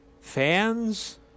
fans